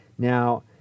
Now